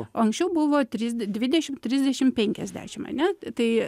o anksčiau buvo trys dvidešimt trisdešimt penkiasdešimt ane tai